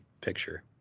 picture